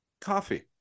Coffee